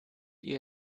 ihr